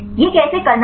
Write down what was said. यह कैसे करना है